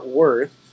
worth